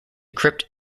crypt